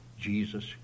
Jesus